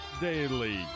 Daily